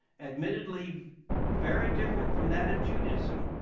admittedly very different from that of judaism,